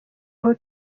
aho